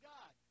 God